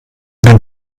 den